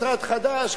משרד חדש,